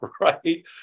right